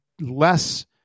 less